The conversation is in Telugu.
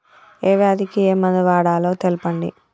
ఏ వ్యాధి కి ఏ మందు వాడాలో తెల్పండి?